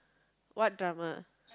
what drama